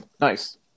Nice